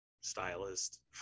stylist